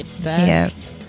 Yes